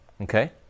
Okay